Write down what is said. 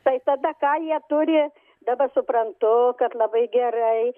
tai tada ką jie turi dabar suprantu kad labai gerai